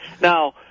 Now